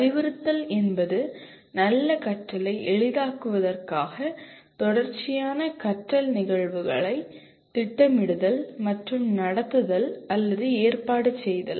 அறிவுறுத்தல் என்பது நல்ல கற்றலை எளிதாக்குவதற்காக தொடர்ச்சியான கற்றல் நிகழ்வுகளைத் திட்டமிடுதல் மற்றும் நடத்துதல் அல்லது ஏற்பாடு செய்தல்